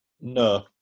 No